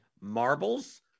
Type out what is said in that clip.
marbles